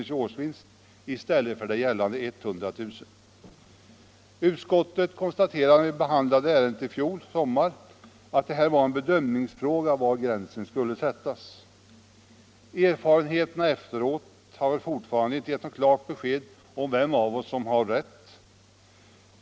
i årsvinst i stället för gällande 100 000 kr. Utskottet konstaterade när vi behandlade ärendet förra sommaren att det var en bedömningsfråga var gränsen skulle dras. Erfarenheterna efteråt har väl fortfarande inte gett något klart besked om vem av oss som har rätt.